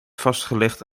vastgelegd